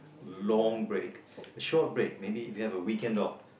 long break a short break maybe if you have a weekend or